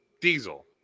Diesel